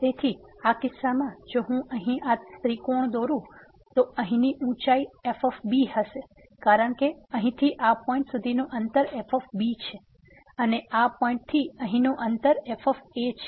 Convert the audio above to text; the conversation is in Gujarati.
તેથી આ કિસ્સામાં જો હું અહીં આ ત્રિકોણ દોરુ તો અહીંની ઉંચાઈ f હશે કારણ કે અહીંથી આ પોઈંટ સુધીનું અંતર f છે અને આ પોઈંટ થી અહીંનું આ અંતર f છે